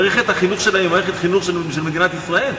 מערכת החינוך שלהם היא מערכת חינוך של מדינת ישראל.